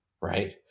right